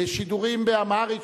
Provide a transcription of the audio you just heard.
שידורים באמהרית.